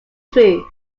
truth